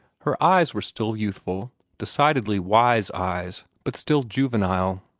her eyes were still youthful decidedly wise eyes, but still juvenile.